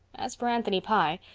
as for anthony pye,